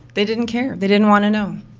they didn't care, they didn't want to know.